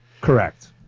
Correct